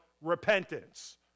repentance